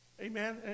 amen